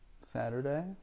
Saturday